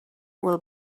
will